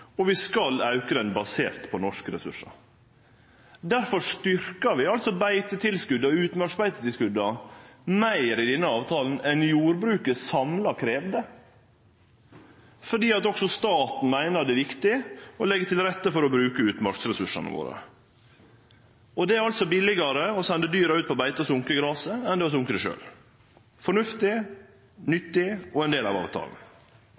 og vi skal auke han basert på norske ressursar. Difor styrkjer vi altså tilskotet til beiting i utmark meir i denne avtalen enn jordbruket samla kravde, fordi også staten meiner det er viktig å leggje til rette for å bruke utmarksressursane våre. Det er altså billegare å sende dyra ut på beite for å sanke graset enn det er å sanke det sjølv. Det er fornuftig, nyttig og ein del av avtalen.